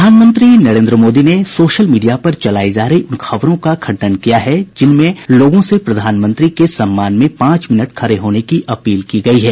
प्रधानमंत्री नरेन्द्र मोदी ने social media पर चलायी जा रही उन खबरों का खंडन किया है जिनमें लोगों से प्रधानमंत्री के सम्मान में पांच मिनट खड़े होने की अपील की गयी है